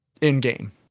in-game